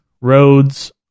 roads